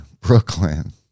Brooklyn